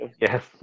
Yes